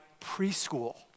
preschool